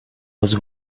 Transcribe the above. was